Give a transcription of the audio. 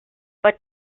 but